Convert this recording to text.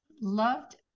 loved